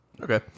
Okay